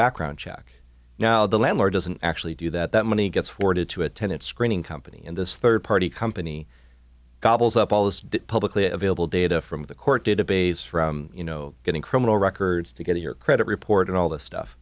background check now the landlord doesn't actually do that that money gets forwarded to a tenant screening company in this third party company gobbles up all the publicly available data from the court database from you know getting criminal records to get your credit report and all this stuff